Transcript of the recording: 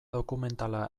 dokumentala